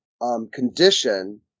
condition